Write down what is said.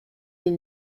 deux